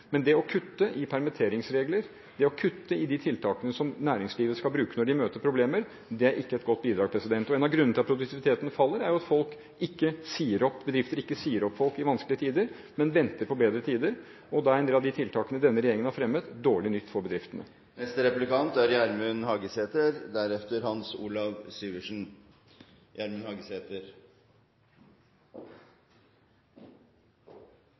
Men det å kutte i permitteringsregler og i de tiltakene som næringslivet skal bruke når de møter problemer, er ikke et godt bidrag. En av grunnene til at produktiviteten faller, er at bedrifter ikke sier opp folk i vanskelige tider, men venter på bedre tider. Da er en del av tiltakene som denne regjeringen har fremmet, dårlig nytt for bedriftene. Eg registrerer at representanten Jonas Gahr Støre nærmast utropar seg sjølv til talsmann for borgarlege veljarar og